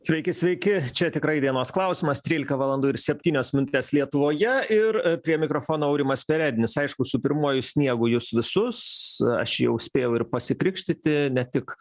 sveiki sveiki čia tikrai dienos klausimas trylika valandų ir septynios minutės lietuvoje ir prie mikrofono aurimas perednis aišku su pirmuoju sniegu jus visus aš jau spėjau ir pasikrikštyti ne tik